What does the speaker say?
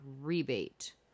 rebate